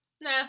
Nah